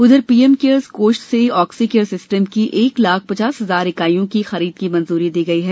उधर P M cares कोष से ऑक्सीकेयर सिस्टम की एक लाख पचास हजार इकाइयों की खरीद की मंजूरी दी गई है